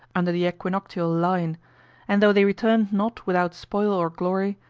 under the equinoctial line and though they returned not without spoil or glory,